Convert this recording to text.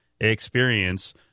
experience